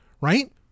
right